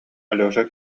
алеша